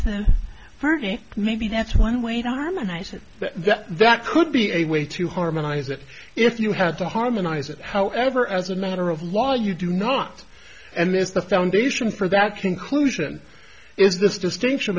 then maybe that's one way don't i said that that could be a way to harmonize it if you had to harmonize it however as a matter of law you do not and there's the foundation for that conclusion is this distinction